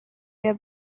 their